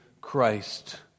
Christ